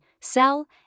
sell